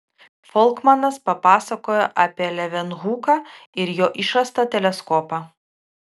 folkmanas papasakojo apie levenhuką ir jo išrastą teleskopą